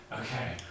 Okay